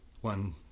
one